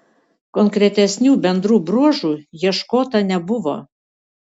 konkretesnių bendrų bruožų ieškota nebuvo